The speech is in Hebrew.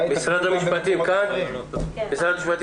משרד המשפטים אתנו?